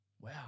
Wow